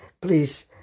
Please